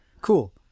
Cool